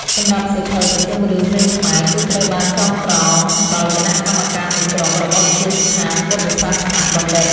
សម្រាប់សៀវភៅ ប្រជុំរឿងព្រេងខ្មែរ គឺត្រូវបានចងក្រងដោយគណៈកម្មការមួយក្រុមរបស់វិទ្យាស្ថានពុទ្ធសាសនបណ្ឌិត្យ។